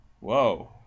Whoa